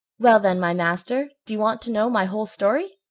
well, then, my master, do you want to know my whole story?